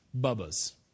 bubbas